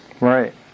Right